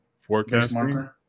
forecasting